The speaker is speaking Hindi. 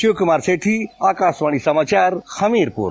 शिव कुमार सेठी आकाशवाणी समाचार हमीरपुर